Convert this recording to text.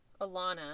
Alana